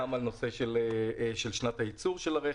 את שנת הייצור של הרכב,